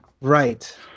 Right